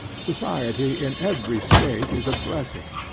society in every state is a blessing,